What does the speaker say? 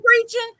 preaching